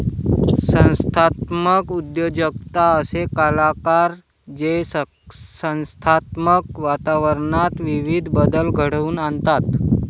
संस्थात्मक उद्योजकता असे कलाकार जे संस्थात्मक वातावरणात विविध बदल घडवून आणतात